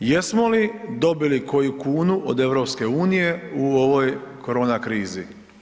Jesmo li dobili koju kunu od EU u ovoj korona krizi?